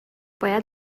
باید